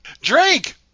Drink